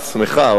את שמחה,